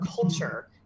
culture